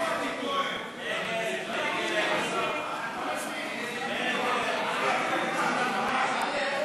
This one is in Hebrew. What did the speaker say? מסדר-היום את הצעת חוק להגדלת היצע הדירות לדיור בר-השגה ולדיור